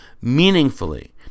meaningfully